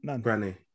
granny